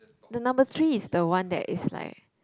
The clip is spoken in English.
the number three is the one that is like